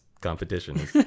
competition